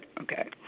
okay